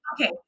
okay